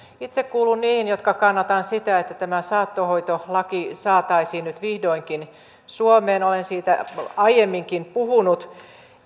itse kuulun niihin jotka kannattavat sitä että tämä saattohoitolaki saataisiin nyt vihdoinkin suomeen olen siitä aiemminkin puhunut